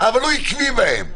אבל הוא עקבי בהן.